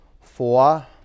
Four